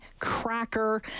cracker